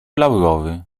laurowy